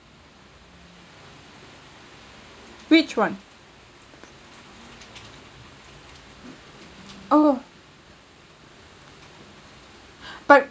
which one oh but